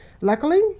Luckily